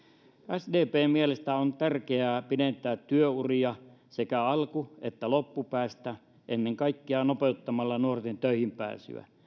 sdpn mielestä on tärkeää pidentää työuria sekä alku että loppupäästä ennen kaikkea nopeuttamalla nuorten töihin pääsyä